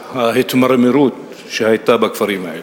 וההתמרמרות שהיתה בכפרים האלה.